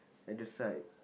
at the side